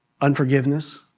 unforgiveness